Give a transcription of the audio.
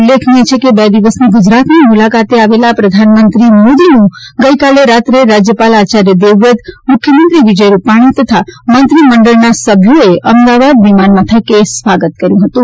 ઉલ્લેખનીય છે કે બે દિવસની ગુજરાતની મુલાકાતે આવેલા પ્રધાનમંત્રી મોદીનું ગઇકાલે રાત્રે રાજ્યપાલ આચાર્ય દેવવ્રત મુખ્યમંત્રી વિજય રૂપાલી તથા મંત્રીમંડળના સભ્યોએ અમદાવાદ વિમાનમથકે સ્વાગત કર્યું હતું